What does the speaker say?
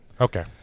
Okay